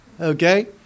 Okay